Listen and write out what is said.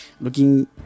looking